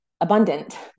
abundant